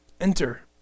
enter